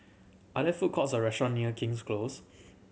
are there food courts or restaurant near King's Close